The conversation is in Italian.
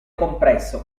compresso